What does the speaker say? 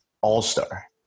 all-star